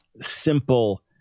simple